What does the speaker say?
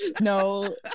no